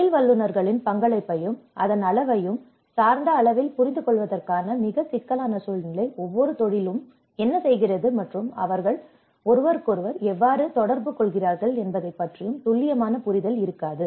தொழில் வல்லுனர்களின் பங்களிப்பையும் அதன் அளவையும் சார்ந்த அளவில் புரிந்துகொள்வதற்கான மிகவும் சிக்கலான சூழ்நிலை ஒவ்வொரு தொழிலும் என்ன செய்கிறது மற்றும் அவர்கள் ஒருவர்எவ்வாறு தொடர்பு கொள்கிறார்கள் என்பதைப் பற்றிய துல்லியமான புரிதல் இருக்காது